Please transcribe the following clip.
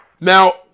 Now